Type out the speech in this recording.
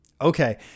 Okay